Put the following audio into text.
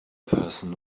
person